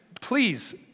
please